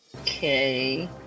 Okay